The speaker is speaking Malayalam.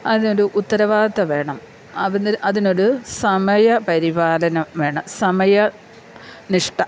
അതിനൊരു ഉത്തരവാദിത്തം വേണം അവ അതിനൊരു സമയം പരിപാലനം വേണം സമയനിഷ്ഠ